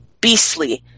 beastly